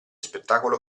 spettacolo